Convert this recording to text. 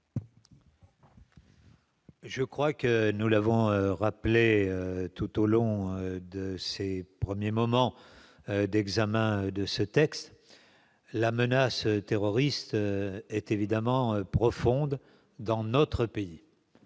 Je crois que nous l'avons rappelé tout au long de ces premiers moments d'examen de ce texte, la menace terroriste est évidemment profonde dans notre pays